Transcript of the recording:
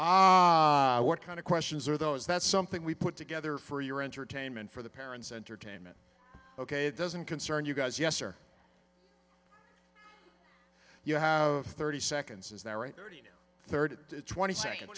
ah what kind of questions are those that something we put together for your entertainment for the parents entertainment ok doesn't concern you guys yes or you have thirty seconds is there a third twenty second